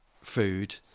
food